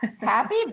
Happy